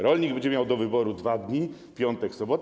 Rolnik będzie miał do wyboru 2 dni: piątek, sobota.